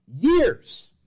years